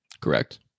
Correct